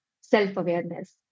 self-awareness